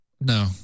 no